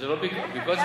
אז מה, אין ביקורת?